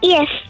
Yes